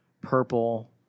purple